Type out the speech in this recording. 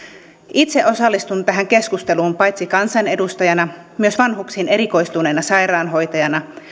itse osallistun tähän keskusteluun paitsi kansanedustajana myös vanhuksiin erikoistuneena sairaanhoitajana